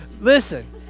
listen